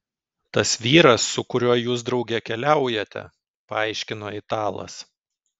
tas vyras su kuriuo jūs drauge keliaujate paaiškino italas